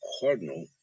Cardinal